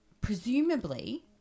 presumably